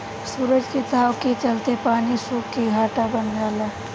सूरज के ताव के चलते पानी सुख के घाटा बन जाला